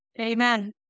Amen